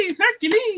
Hercules